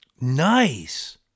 Nice